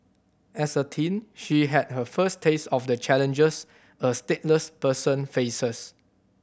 as a teen she had her first taste of the challenges a stateless person faces